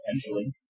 Potentially